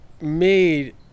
made